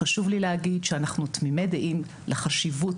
חשוב לי להגיד שאנחנו תמימי דעים לחשיבות,